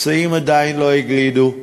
הפצעים עדיין לא הגלידו,